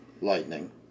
lightning